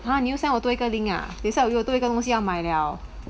!huh! 你又 send 我多一个 link ah 等一下我有多一个东西要买 liao